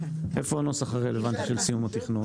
איפה הנוסח הרלוונטי של סיום התכנון?